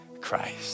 Christ